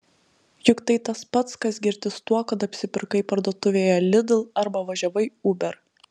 juk tai tas pats kas girtis tuo kad apsipirkai parduotuvėje lidl arba važiavai uber